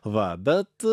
va bet